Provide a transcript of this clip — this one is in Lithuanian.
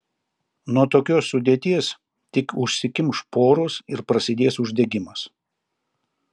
nuo tokios sudėties tik užsikimš poros ir prasidės uždegimas